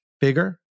bigger